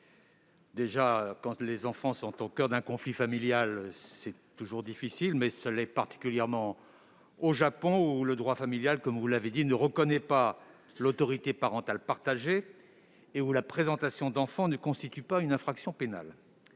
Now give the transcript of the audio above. : quand les enfants sont au coeur d'un conflit familial, c'est toujours difficile, mais ça l'est particulièrement au Japon où, comme vous l'avez dit, le droit familial ne reconnaît pas l'autorité parentale partagée et où la non-présentation d'enfant ne constitue pas une infraction pénale.